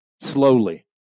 slowly